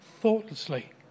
thoughtlessly